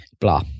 blah